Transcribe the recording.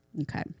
Okay